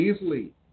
easily